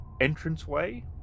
entranceway